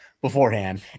beforehand